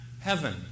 heaven